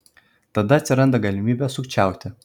tada atsiranda galimybė sukčiauti